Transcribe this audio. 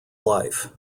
life